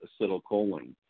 acetylcholine